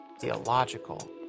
theological